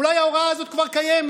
אולי ההוראה הזאת כבר קיימת.